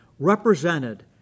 represented